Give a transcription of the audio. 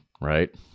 right